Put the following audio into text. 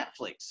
Netflix